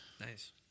Nice